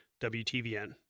WTVN